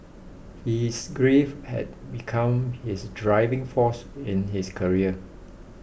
his grief had become his driving force in his career